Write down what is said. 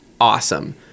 awesome